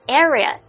area